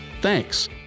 Thanks